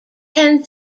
ends